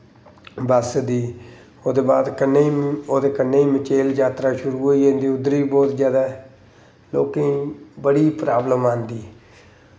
बस्स दी ओह्दे बाद कन्नै गै मचेल जात्तरा शुरू होई जंदी उद्धर बी बौह्त जैदा लोकें गी बड़ी प्राब्लम आंदी